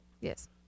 Yes